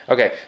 Okay